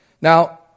Now